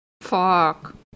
Fuck